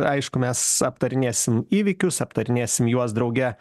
aišku mes aptarinėsim įvykius aptarinėsim juos drauge